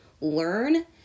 learn